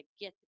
get